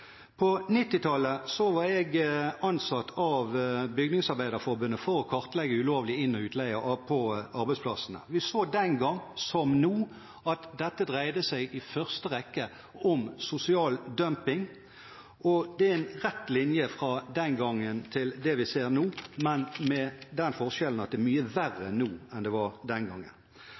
arbeidsplassene. Vi så den gang, som nå, at dette dreide seg i første rekke om sosial dumping, og det er en rett linje fra den gangen til det vi ser nå, men med den forskjellen at det er mye verre nå enn det var den gangen.